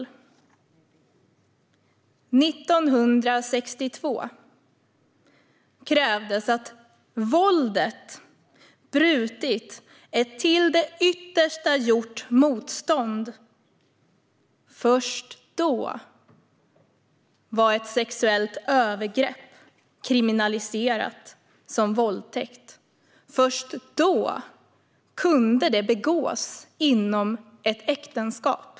År 1962 krävdes att våldet skulle ha brutit ett till det yttersta gjort motstånd - först då var ett sexuellt övergrepp kriminaliserat som våldtäkt. Först då kunde det begås inom ett äktenskap.